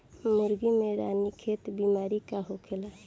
मुर्गी में रानीखेत बिमारी का होखेला?